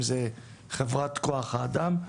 אם זה חברת כוח האדם,